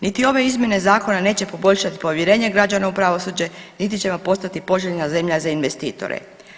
Niti ove izmjene zakona neće poboljšati povjerenje građana u pravosuđe, niti ćemo postati poželjna zemlja za investitore.